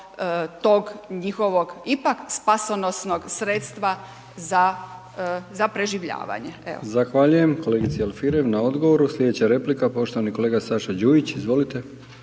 tog njihovog ipak spasonosnog sredstva za preživljavanje. **Brkić, Milijan (HDZ)** Zahvaljujem kolegici Alfirev na odgovoru. Slijedeća replika poštovani kolega Saša Đujić, izvolite.